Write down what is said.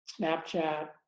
Snapchat